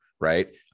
right